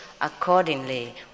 accordingly